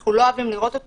שאנחנו לא אוהבים לראות,